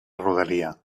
rodalia